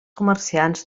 comerciants